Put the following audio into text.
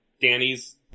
Danny's